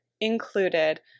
included